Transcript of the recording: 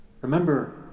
Remember